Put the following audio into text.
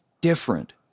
different